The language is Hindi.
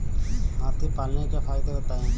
हाथी पालने के फायदे बताए?